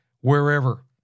wherever